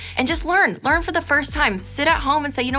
and just learn. learn for the first time. sit at home and say, you know